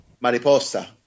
Mariposa